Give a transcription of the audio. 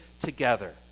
together